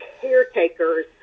caretakers